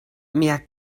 mia